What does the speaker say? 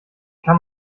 kann